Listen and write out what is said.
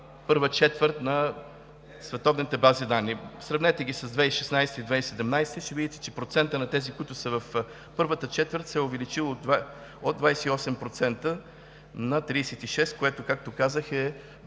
първа четвърт на световните бази данни. Сравнете ги с 2016 и 2017 г. и ще видите, че процентът на тези, които са в първата четвърт, се е увеличил от 28 на 36%, което, както казах, е